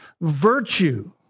virtue